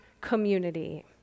community